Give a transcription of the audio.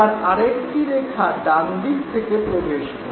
এবার আর একটি রেখা ডানদিক থেকে প্রবেশ করল